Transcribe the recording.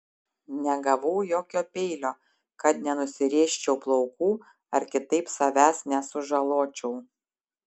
negavau jokio peilio kad nenusirėžčiau plaukų ar kitaip savęs nesužaločiau